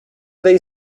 they